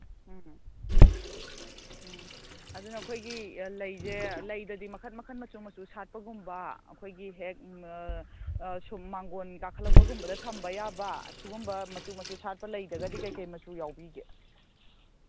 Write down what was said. ꯎꯝ ꯎꯝ ꯎꯝ ꯑꯗꯨꯅ ꯑꯩꯈꯣꯏꯒꯤ ꯂꯩꯁꯦ ꯂꯩꯗꯗꯤ ꯃꯈꯟ ꯃꯈꯟ ꯃꯆꯨ ꯃꯆꯨ ꯁꯥꯠꯄꯒꯨꯝꯕ ꯑꯩꯈꯣꯏꯒꯤ ꯍꯦꯛ ꯁꯨꯝ ꯃꯥꯡꯒꯣꯟ ꯀꯥꯈꯠꯂꯛꯄꯒꯨꯝꯕꯗ ꯊꯝꯕ ꯌꯥꯕ ꯁꯨꯒꯨꯝꯕ ꯃꯆꯨ ꯃꯆꯨ ꯁꯥꯠꯄ ꯂꯩꯗꯒꯗꯤ ꯀꯩꯀꯩ ꯃꯆꯨ ꯌꯥꯎꯕꯤꯒꯦ